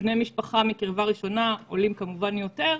בני משפחה מקרבה ראשונה עולים כמובן יותר.